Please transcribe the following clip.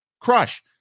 crush